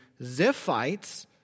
Ziphites